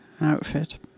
outfit